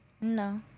No